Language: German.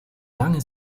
lange